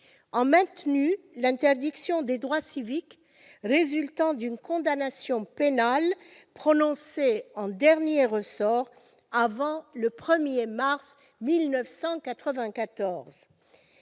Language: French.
a maintenu l'interdiction des droits civiques résultant d'une condamnation pénale prononcée en dernier ressort avant le 1 mars 1994.